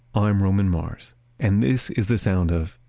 i'm roman mars and this is the sound of,